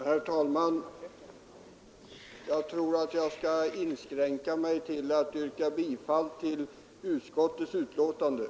Herr talman! Jag tror att jag skall inskränka mig till att yrka bifall till utskottets hemställan.